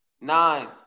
Nine